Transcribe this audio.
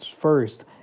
first